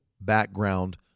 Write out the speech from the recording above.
Background